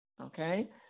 okay